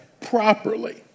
properly